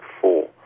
four